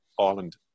Ireland